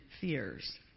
fears